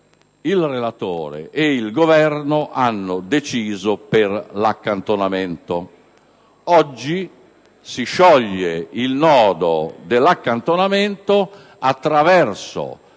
il relatore e il Governo hanno deciso per l'accantonamento. Oggi si scioglie il nodo dell'accantonamento attraverso